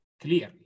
clearly